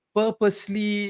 purposely